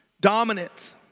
dominant